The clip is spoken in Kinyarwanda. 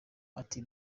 ati